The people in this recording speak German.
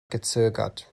gezögert